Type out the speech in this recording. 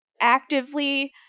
actively